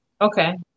Okay